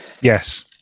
yes